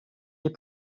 les